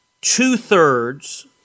two-thirds